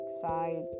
sides